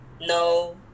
no